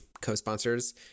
co-sponsors